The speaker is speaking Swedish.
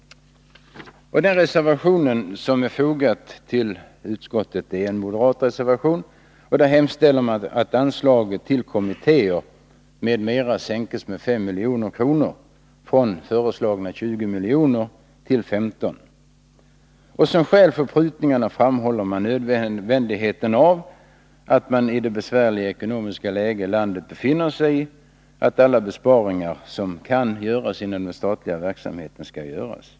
Den reservation som är fogad till utskottsbetänkandet är en moderat reservation, där man hemställer att anslagen till kommittéer m.m. sänks med 5 milj.kr., från föreslagna 20 till 15 milj.kr. Som skäl för prutningarna framhålls nödvändigheten av att i det besvärliga ekonomiska läge landet befinner sig i skall alla besparingar som kan göras inom den statliga verksamheten också göras.